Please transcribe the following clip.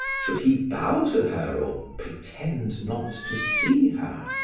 should he bow to her or pretend not to see her?